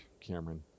Cameron